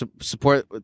support